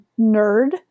nerd